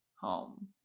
home